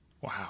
Wow